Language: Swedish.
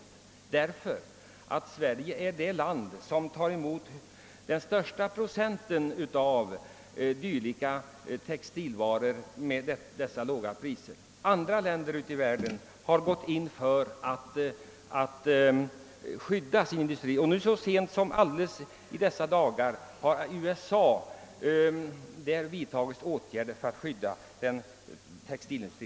Sverige är nämligen det land som tar emot den största procentandelen textilvaror till låga priser. Andra länder i världen har gått in för att värna om sin industri. Alldeles i dessa dagar har USA vidtagit åtgärder för att skydda sin textilindustri.